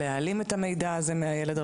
מנסים להעלים את המידע הזה מהילד.